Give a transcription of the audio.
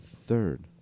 third